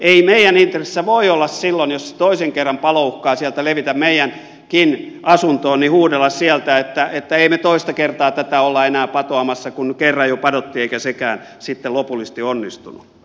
ei meidän intressissämme voi olla silloin jos toisen kerran palo uhkaa sieltä levitä meidänkin asuntoomme huudella sieltä että ei me toista kertaa tätä olla enää patoamassa kun kerran jo padottiin eikä sekään sitten lopullisesti onnistunut